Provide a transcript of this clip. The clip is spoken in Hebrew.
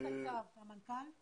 הפנים